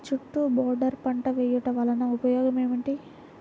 చుట్టూ బోర్డర్ పంట వేయుట వలన ఉపయోగం ఏమిటి?